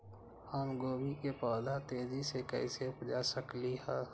हम गोभी के पौधा तेजी से कैसे उपजा सकली ह?